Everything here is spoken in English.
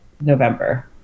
November